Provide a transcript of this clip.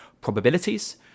probabilities